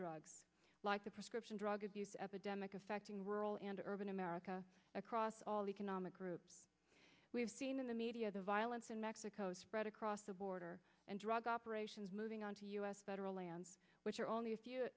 drugs like the prescription give us epidemic affecting rural and urban america across all economic groups we've seen in the media the violence in mexico spread across the border and drug operations moving on to us federal lands which are only a few